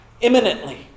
imminently